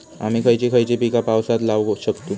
आम्ही खयची खयची पीका पावसात लावक शकतु?